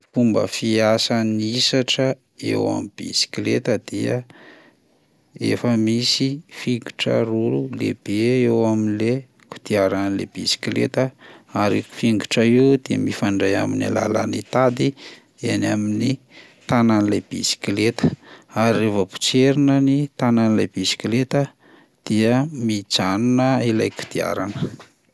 Fomba fiasan'ny hisatra eo amin'ny bisikleta dia efa misy fingotra roa lehibe eo amin'le kodiaran'le bisikleta ary io fingotra io de mifandray amin'ny alalan'ny tady eny amin'ny tanan'ilay bisikleta ary raha vao potserina ny tanan'ilay bisikleta dia mijanona ilay kodiarana.